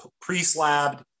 pre-slab